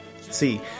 See